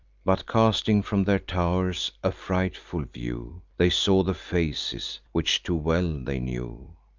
but, casting from their tow'rs a frightful view, they saw the faces, which too well they knew,